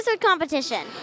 competition